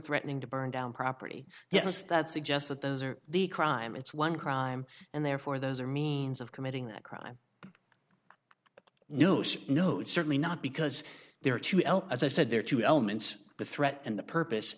threatening to burn down property yes that suggests that those are the crime it's one crime and therefore those are means of committing that crime no sir no certainly not because there are two elk as i said there are two elements the threat and the purpose